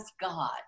God